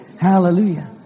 Hallelujah